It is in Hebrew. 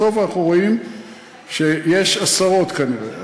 בסוף אנחנו רואים שיש עשרות כנראה,